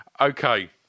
Okay